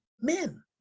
Men